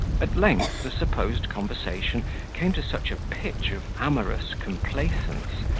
at length the supposed conversation came to such a pitch of amorous complaisance,